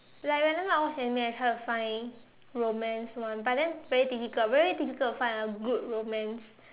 like whenever I watch Anime I try to find romance one but then very difficult very difficult find a good romance